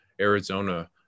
Arizona